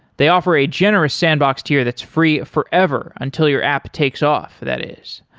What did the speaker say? they offer a generous sandbox to you that's free forever until your app takes off that is.